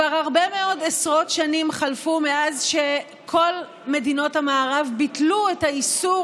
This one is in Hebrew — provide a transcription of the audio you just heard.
שנים חלפו מאז שכל מדינות המערב ביטלו את האיסור